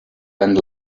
and